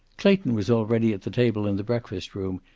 clayton was already at the table in the breakfast room,